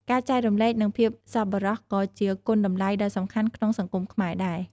ការចែករំលែក និងភាពសប្បុរសក៏ជាគុណតម្លៃដ៏សំខាន់ក្នុងសង្គមខ្មែរដែរ។